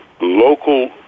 local